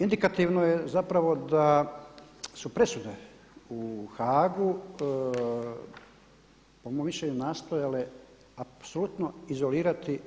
Indikativno je zapravo da su presude u Haagu po mom mišljenju nastojale apsolutno izolirati